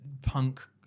Punk